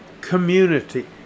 community